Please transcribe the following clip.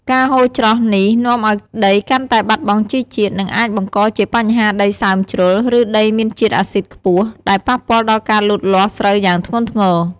ការហូរច្រោះនេះនាំឱ្យដីកាន់តែបាត់បង់ជីជាតិ និងអាចបង្កជាបញ្ហាដីសើមជ្រុល ឬដីមានជាតិអាស៊ីតខ្ពស់ ដែលប៉ះពាល់ដល់ការលូតលាស់ស្រូវយ៉ាងធ្ងន់ធ្ងរ។